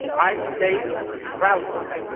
i state proudly